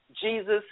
Jesus